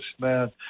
man